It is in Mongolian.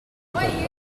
болоод